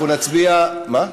אנחנו נצביע, מה?